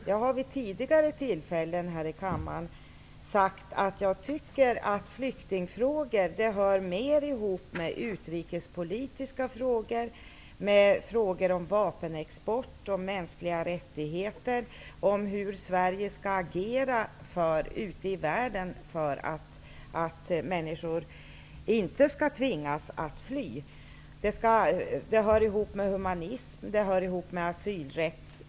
Jag har vid tidigare tillfällen här i kammaren sagt att jag tycker att flyktingfrågor hör mer ihop med utrikespolitiska frågor, med frågor om vapenexport, om mänskliga rättigheter, om hur Sverige skall agera ute i världen för att människor inte skall tvingas att fly. De hör ihop med humanism. De hör ihop med asylrätt.